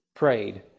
prayed